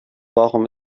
warum